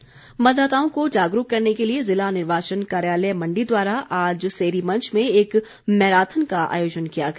जागरूकता मतदाताओं को जागरूक करने के लिए ज़िला निर्वाचन कार्यालय मण्डी द्वारा आज सेरीमंच में एक मैराथन का आयोजन किया गया